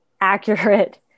accurate